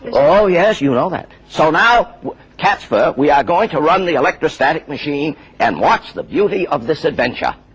oh yes! you know that. so now cat's fur, we are going to run the electrostatic machine and watch the beauty of this adventure.